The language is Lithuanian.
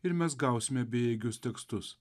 ir mes gausime bejėgius tekstus